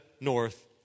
north